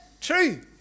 true